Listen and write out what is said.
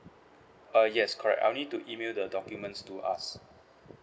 uh yes correct I'll need to email the documents to us